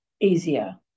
easier